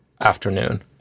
afternoon